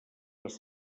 les